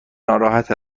ناراحت